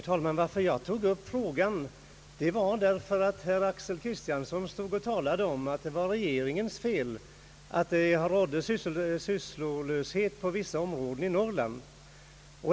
Herr talman! Jag tog upp frågan därför att herr Axel Kristiansson stod och talade om att det var regeringens fel att det rådde sysselsättningssvårigheter i vissa områden i Norrland.